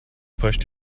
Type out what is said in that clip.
pushed